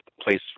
place